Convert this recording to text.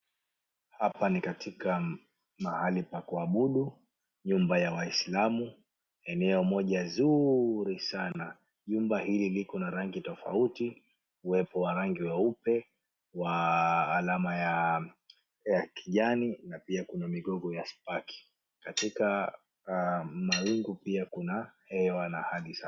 Hapa ni katika mahali pa kuabudu, nyumba ya waislamu, eneo moja nzuri sana. Nyumba hili liko na rangi tofauti, uwepo wa rangi weupe wa alama ya kijani na pia kuna migogo la spaki . Katika mawingu pia kuna hewa na hadhi zake.